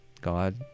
God